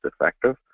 effective